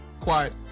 Quiet